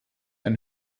ein